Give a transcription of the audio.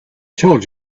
told